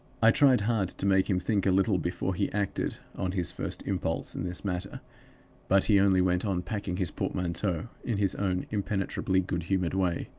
i tried hard to make him think a little before he acted on his first impulse in this matter but he only went on packing his portmanteau in his own impenetrably good-humored way.